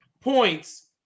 points